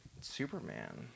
Superman